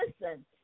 listen